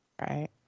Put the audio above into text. Right